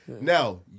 Now